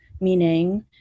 meaning